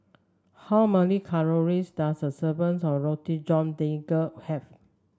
how many calories does a serving's of Roti John Daging have